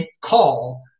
call